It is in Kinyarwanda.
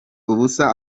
ubusa